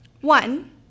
One